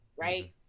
right